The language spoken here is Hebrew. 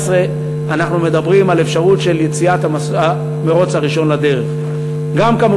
ואנחנו מדברים על אפשרות של יציאת המירוץ הראשון לדרך כבר ב-2013,